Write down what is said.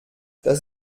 das